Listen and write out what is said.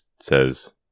says